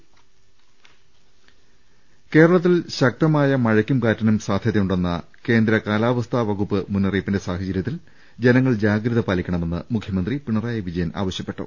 ൾ ൽ ൾ കേരളത്തിൽ ശക്തമായ മഴയ്ക്കും കാറ്റിനും സാധ്യതയുണ്ടെന്ന കേന്ദ്ര കാലാവസ്ഥാ വകുപ്പ് മുന്നറിയിപ്പിന്റെ സാഹചര്യത്തിൽ ജനങ്ങൾ ജാഗ്രത പാലിക്കണമെന്ന് മുഖ്യമന്ത്രി പിണറായി വിജയൻ ആവശ്യപ്പെട്ടു